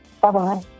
Bye-bye